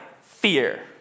fear